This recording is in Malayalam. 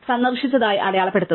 സന്ദർശിച്ചതായി അടയാളപ്പെടുത്തുക